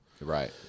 right